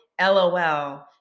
LOL